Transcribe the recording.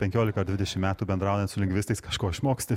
penkiolika dvidešimt metų bendraujant su lingvistais kažko išmoksti